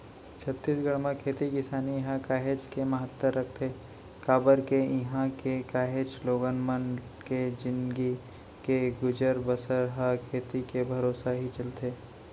छत्तीसगढ़ म खेती किसानी ह काहेच के महत्ता रखथे काबर के इहां के काहेच लोगन मन के जिनगी के गुजर बसर ह खेती के भरोसा ही चलथे